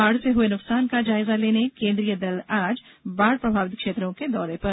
बाढ़ से हुए नुकसान का जायजा लेने केन्द्रीय दल आज बाढ़ प्रभावित क्षेत्रों के दौरे पर